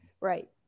right